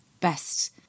best